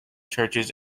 churches